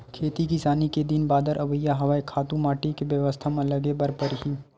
खेती किसानी के दिन बादर अवइया हवय, खातू माटी के बेवस्था म लगे बर परही